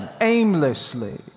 aimlessly